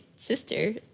Sister